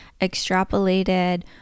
extrapolated